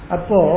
Apo